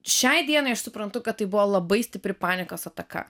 šiai dienai aš suprantu kad tai buvo labai stipri panikos ataka